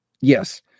Yes